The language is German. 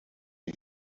wie